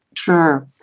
sure.